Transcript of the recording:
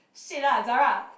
shit lah Zara